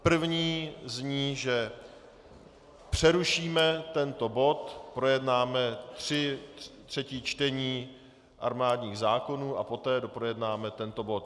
První zní, že přerušíme tento bod, projednáme tři třetí čtení armádních zákonů a poté doprojednáme tento bod.